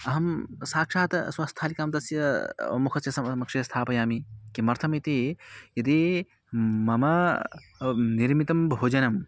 अहं साक्षात् स्वस्थालिकां तस्य मुखस्य समक्षे स्थापयामि किमर्थम् इति यदि मम निर्मितं भोजनं